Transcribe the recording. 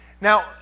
Now